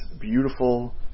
beautiful